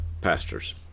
pastors